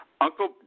Uncle